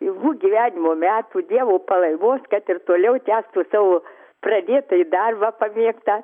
ilgų gyvenimo metų dievo palaimos kad ir toliau tęstų savo pradėtąjį darbą pamėgtą